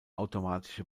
automatische